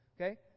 Okay